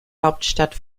hauptstadt